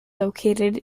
located